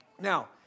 Now